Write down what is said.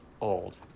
old